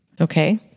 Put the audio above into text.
Okay